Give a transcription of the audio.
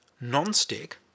non-stick